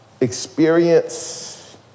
experience